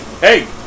Hey